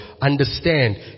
understand